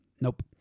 Nope